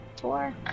Four